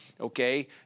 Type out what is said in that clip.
Okay